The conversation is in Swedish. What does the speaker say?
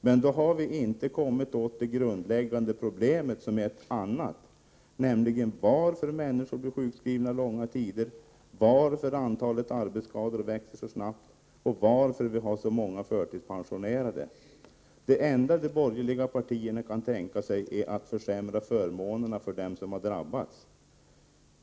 Men då har vi inte kommit åt det grundläggande problemet, som är ett annat, nämligen varför människor blir sjukskrivna långa tider, varför antalet arbetsskador växer så snabbt och varför vi har så många förtidspensionerade. Det enda de borgerliga partierna kan tänka sig är att försämra förmånerna för dem som drabbats.